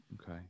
Okay